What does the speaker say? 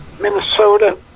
Minnesota